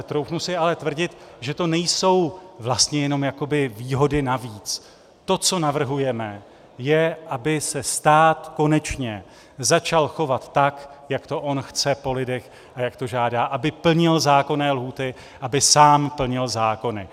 Troufnu si ale tvrdit, že to nejsou vlastně jenom jakoby výhody navíc, to, co navrhujeme, je, aby se stát konečně začal chovat tak, jak to on chce po lidech a jak to žádá, aby plnil zákonné lhůty, aby sám plnil zákony.